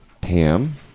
Tam